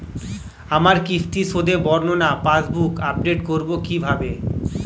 আমার কিস্তি শোধে বর্ণনা পাসবুক আপডেট করব কিভাবে?